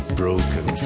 broken